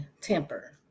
temper